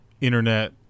internet